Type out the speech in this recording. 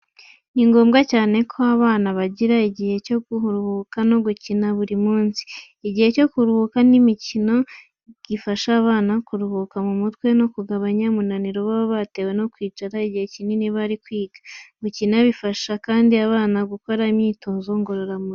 Ni ngombwa cyane ko abana bagira igihe cyo kuruhuka no gukina buri munsi. Igihe cyo kuruhuka n'imikino gifasha abana kuruhuka mu mutwe no kugabanya umunaniro baba batewe no kwicara igihe kinini bari kwiga. Gukina bifasha kandi abana gukora imyitozo ngororamubiri.